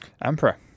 Emperor